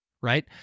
Right